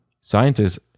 scientists